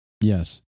Yes